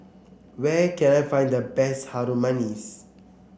where can I find the best Harum Manis